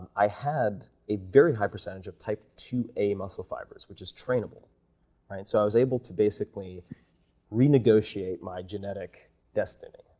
i had a very high percentage of type two a muscle fibers, which is trainable, all right. so i was able to basically renegotiate my genetic destiny,